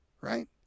Right